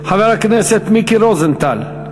חבר הכנסת מיקי רוזנטל,